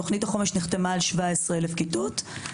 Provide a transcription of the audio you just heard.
תוכנית החומש נחתמה על 17,000 כיתות.